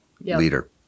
leader